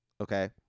Okay